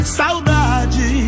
saudade